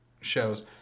shows